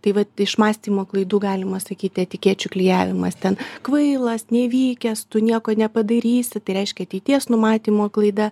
tai vat iš mąstymo klaidų galima sakyti etikečių klijavimas ten kvailas nevykęs tu nieko nepadarysi tai reiškia ateities numatymo klaida